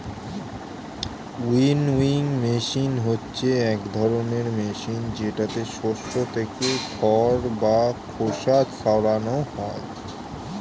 winnowing machine হচ্ছে এক ধরনের মেশিন যেটাতে শস্য থেকে খড় বা খোসা সরানো হয়